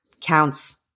counts